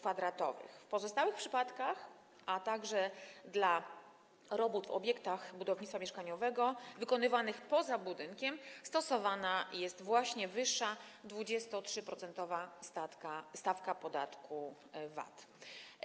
W pozostałych przypadkach, także w przypadku robót w obiektach budownictwa mieszkaniowego wykonywanych poza budynkiem, stosowana jest właśnie wyższa, 23-procentowa stawka podatku VAT.